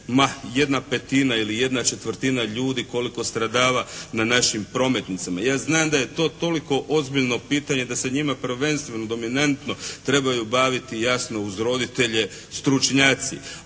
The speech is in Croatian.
jedna petina ili jedna četvrtina ljudi koliko stradava na našim prometnicama. Ja znam da je to toliko ozbiljno pitanje da se njime prvenstveno, dominantno trebaju baviti jasno uz roditelje stručnjaci.